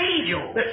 angel